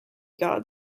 guard